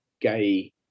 gay